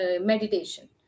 meditation